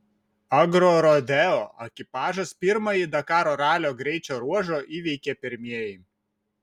agrorodeo ekipažas pirmąjį dakaro ralio greičio ruožą įveikė pirmieji